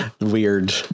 weird